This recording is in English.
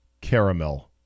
caramel